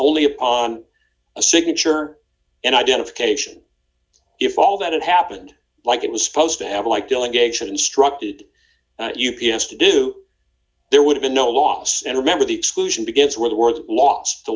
only upon a signature and identification if all that had happened like it was supposed to have like delegation instructed u p s to do there would have been no loss and remember the exclusion begins where the words lost the